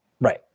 Right